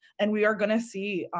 and we are going to see,